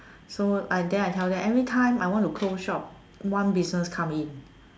so I then I tell them everytime I want to close shop one business come in